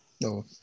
No